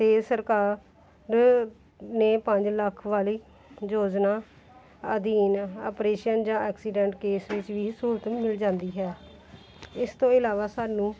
ਅਤੇ ਸਰਕਾਰ ਨੇ ਪੰਜ ਲੱਖ ਵਾਲੀ ਯੋਜਨਾ ਅਧੀਨ ਆਪਰੇਸ਼ਨ ਜਾਂ ਐਕਸੀਡੈਂਟ ਕੇਸ ਵਿੱਚ ਵੀ ਸਹੂਲਤ ਵੀ ਮਿਲ ਜਾਂਦੀ ਹੈ ਇਸ ਤੋਂ ਇਲਾਵਾ ਸਾਨੂੰ